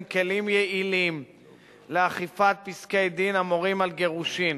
כלים יעילים לאכיפת פסקי-דין המורים על גירושין.